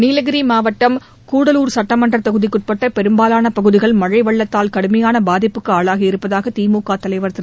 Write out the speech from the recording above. நீலகிரி மாவட்டம் கூடலூர் சுட்டமன்றத் தொகுதிக்குட்பட்ட பெரும்பாலான பகுதிகள் மழை வெள்ளத்தால் கடுமையான பாதிப்புக்கு ஆளாகியிருப்பதாக திமுக தலைவர் திரு